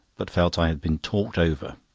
but felt i had been talked over.